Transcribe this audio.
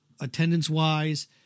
attendance-wise